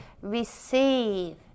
receive